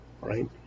Right